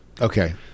Okay